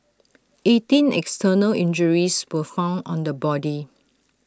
eighteen external injuries were found on the body